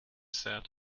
said